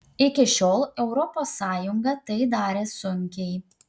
iki šiol europos sąjunga tai darė sunkiai